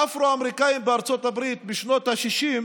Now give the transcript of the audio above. האפרו-אמריקאים בארצות הברית בשנות השישים